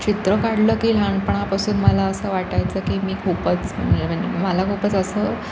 चित्र काढलं की लहानपणापासून मला असं वाटायचं की मी खूपच म्हणजे मला खूपच असं